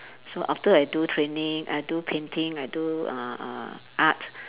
so after I do training I do painting I do uh uh art